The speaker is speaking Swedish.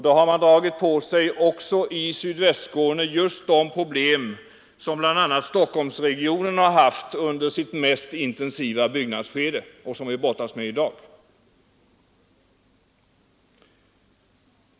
Då har man också i Sydvästskåne dragit på sig just de problem som bl.a. Stockholmsregionen fått under sitt mest intensiva byggnadsskede och som vi brottas med i dag.